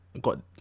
Got